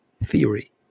theory